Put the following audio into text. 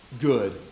good